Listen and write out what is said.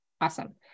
Awesome